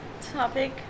topic